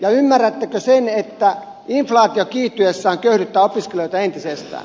ymmärrättekö sen että inflaatio kiihtyessään köyhdyttää opiskelijoita entisestään